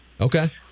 Okay